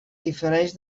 difereix